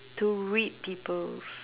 to read people's